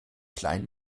klein